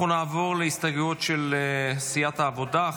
אנחנו נעבור להסתייגויות של סיעת העבודה.